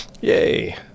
yay